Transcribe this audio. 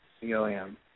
C-O-M